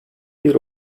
bir